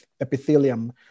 epithelium